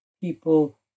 people